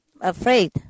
afraid